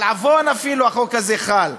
אפילו על עוון החוק הזה חל,